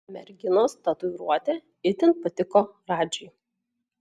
merginos tatuiruotė itin patiko radžiui